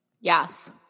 Yes